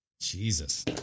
Jesus